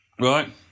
Right